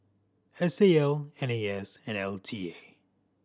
S A L N A S and L T A